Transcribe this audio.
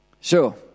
Sure